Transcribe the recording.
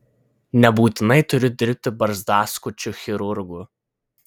nebūtinai turiu dirbti barzdaskučiu chirurgu